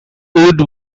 wood